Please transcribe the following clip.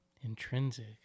Intrinsic